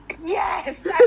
yes